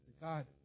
God